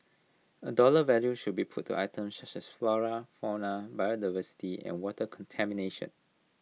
A dollar value should be put to items such as flora fauna biodiversity and water contamination